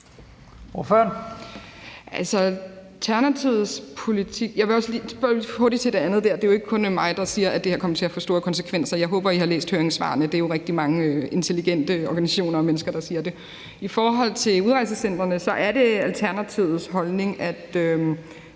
Brydensholt (ALT): Jeg vil lige hurtigt svare hurtigt på det andet. Det er jo ikke kun mig, der siger, at det her kommer til at få store konsekvenser. Jeg håber, at I har læst høringssvarene. Det er jo rigtig mange intelligente mennesker og organisationer, der siger det. I forhold til udrejsecentrene er det Alternativets holdning, at